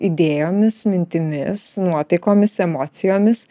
idėjomis mintimis nuotaikomis emocijomis